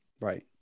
right